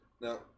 Now